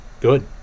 good